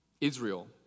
israel